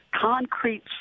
Concrete